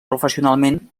professionalment